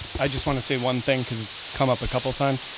i just want to say one thing because it's come up a couple times.